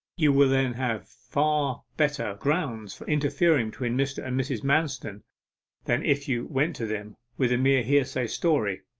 you will then have far better grounds for interfering between mr. and mrs. manston than if you went to them with a mere hearsay story